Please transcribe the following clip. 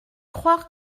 croire